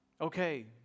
Okay